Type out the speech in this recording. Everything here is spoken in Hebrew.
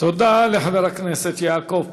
תודה לחבר הכנסת יעקב פרי.